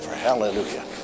Hallelujah